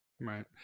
Right